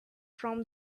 from